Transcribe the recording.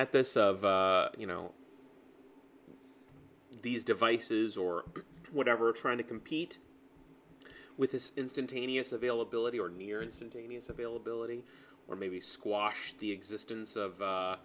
at this of you know these devices or whatever trying to compete with this instantaneous availability or near instantaneous availability or maybe squash the existence of